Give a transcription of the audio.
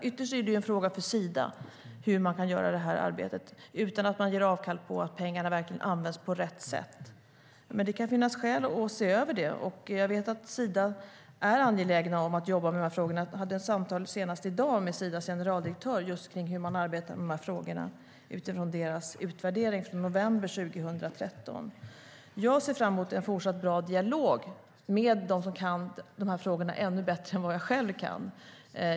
Ytterst är det en fråga för Sida hur man kan göra detta arbete utan att göra avkall på att pengarna verkligen används på rätt sätt. Det kan finnas skäl att se över detta, och jag vet att Sida är angeläget om att jobba med de här frågorna. Jag hade ett samtal senast i dag med Sidas generaldirektör just om hur man arbetar med frågorna utifrån deras utvärdering från november 2013. Jag ser fram mot en fortsatt bra dialog med dem som kan de här frågorna ännu bättre än vad jag själv kan.